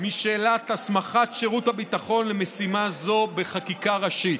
משאלת הסמכת שירות הביטחון למשימה זו בחקיקה ראשית.